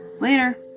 later